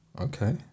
Okay